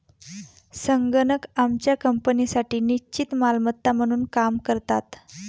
संगणक आमच्या कंपनीसाठी निश्चित मालमत्ता म्हणून काम करतात